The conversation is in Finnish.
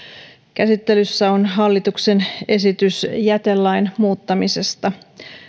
käsittelyssä on hallituksen esitys jätelain muuttamisesta